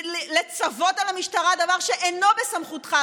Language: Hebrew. לצוות על המשטרה דבר שאינו בסמכותך?